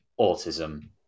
autism